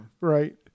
Right